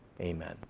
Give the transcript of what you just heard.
Amen